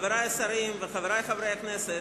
חברי השרים וחברי חברי הכנסת,